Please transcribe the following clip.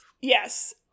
yes